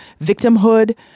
victimhood